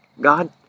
God